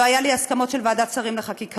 לא היו לי הסכמות של ועדת שרים לחקיקה,